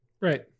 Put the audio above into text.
Right